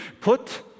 Put